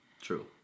True